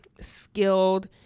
skilled